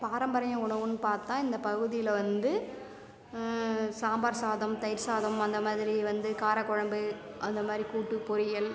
பாரம்பரிய உணவுன்னு பார்த்தா இந்த பகுதியில வந்து சாம்பார் சாதம் தயிர் சாதம் அந்த மாதிரி வந்து காரக் குழம்பு அந்த மாரி கூட்டு பொரியல்